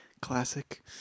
Classic